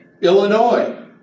Illinois